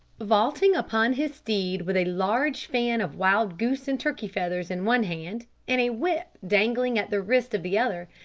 vaulting upon his steed, with a large fan of wild goose and turkey feathers in one hand, and a whip dangling at the wrist of the other,